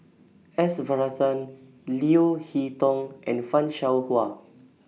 S Varathan Leo Hee Tong and fan Shao Hua